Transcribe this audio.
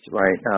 right